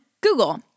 Google